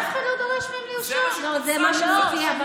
שזה יותר מחצי מתקציב סל התרופות,